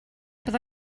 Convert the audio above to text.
bydda